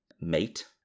mate